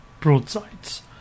broadsides